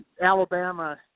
Alabama